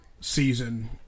season